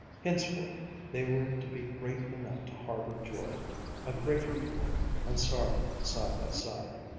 henceforth they were to be great enough to harbor joy a greater joy and sorrow, side by side.